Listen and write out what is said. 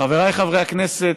חבריי חברי הכנסת,